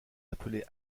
appelée